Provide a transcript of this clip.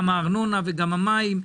גם הארנונה וגם המים,